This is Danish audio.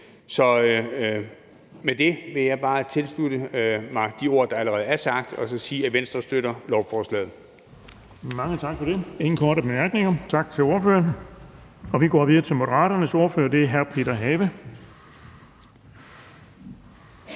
Med det vil jeg bare tilslutte mig de ord, der allerede er sagt, og så sige, at Venstre støtter lovforslaget. Kl. 18:55 Den fg. formand (Erling Bonnesen): Mange tak for det. Der er ingen korte bemærkninger. Tak til ordføreren. Vi går videre til Moderaternes ordfører, og det er hr. Peter Have. Kl.